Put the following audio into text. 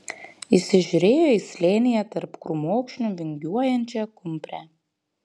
įsižiūrėjo į slėnyje tarp krūmokšnių vingiuojančią kumprę